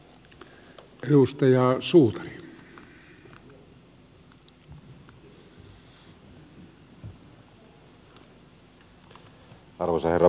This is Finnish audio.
arvoisa herra puhemies